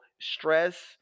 stress